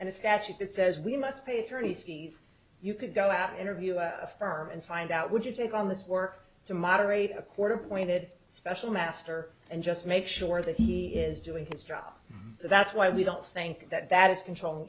and a statute that says we must pay attorney's fees you to go out interview a firm and find out would you take on this work to moderate a court appointed special master and just make sure that he is doing his job so that's why we don't think that that is control